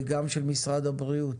וגם של משרד הבריאות.